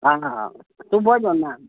हा सुबुह जो न